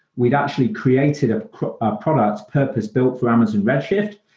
we've actually created a product purpose-built for amazon red shift,